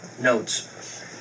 notes